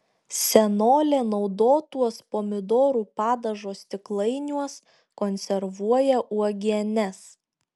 senolė naudotuos pomidorų padažo stiklainiuos konservuoja uogienes